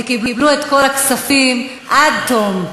וקיבלו את כל הכספים עד תום.